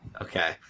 Okay